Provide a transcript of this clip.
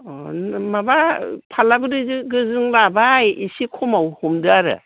अ माबा फाल्लाब्रै गोजों लाबाय एसे खमाव हमदो आरो